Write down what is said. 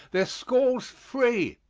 their schools free.